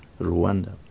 Rwanda